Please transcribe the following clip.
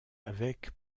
avec